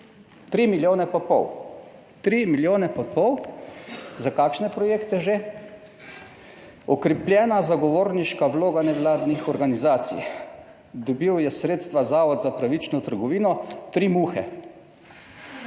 3 milijone pa pol, 3 milijone pa pol - za kakšne projekte že? - okrepljena zagovorniška vloga nevladnih organizacij. Dobil je sredstva Zavod za pravično trgovino Tri muhe,